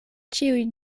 ĉiuj